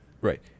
right